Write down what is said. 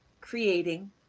creating